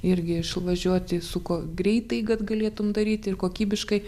irgi išvažiuoti su kuo greitai kad galėtum daryti ir kokybiškai